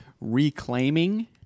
reclaiming